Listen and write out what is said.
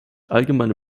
allgemeine